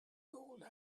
gold